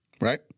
Right